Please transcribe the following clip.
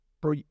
Bro